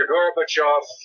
Gorbachev